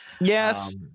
Yes